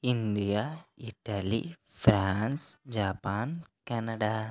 India Italy France Japan Canada